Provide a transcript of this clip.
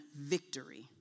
victory